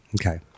Okay